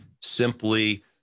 simply